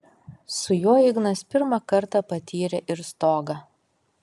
su juo ignas pirmą kartą patyrė ir stogą